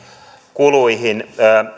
kuluihin